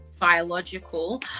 biological